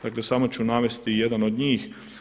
Dakle, samo ću navesti jedan od njih.